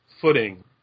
footing